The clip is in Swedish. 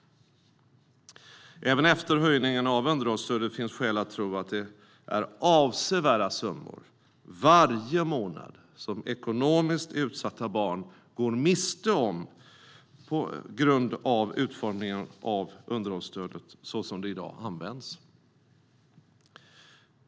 Även efter höjningen av underhållsstödet finns skäl att tro att det är avsevärda summor varje månad som ekonomiskt utsatta barn går miste om på grund av utformningen av underhållsstödet och hur det i dag används.